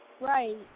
Right